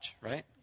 right